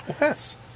yes